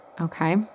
Okay